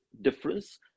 difference